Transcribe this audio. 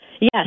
Yes